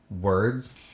words